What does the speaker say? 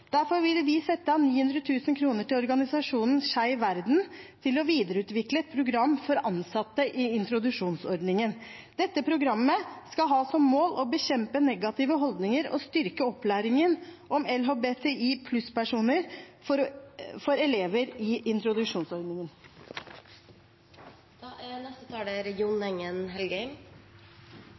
Derfor vil vi sette av 900 000 kr til organisasjonen Skeiv verden, til å videreutvikle et program for ansatte i introduksjonsordningen. Dette programmet skal ha som mål å bekjempe negative holdninger og styrke opplæringen om LHBTI+-personer for elever i